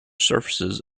surfaces